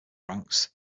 ranks